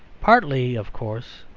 partly, of course,